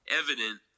evident